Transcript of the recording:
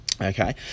Okay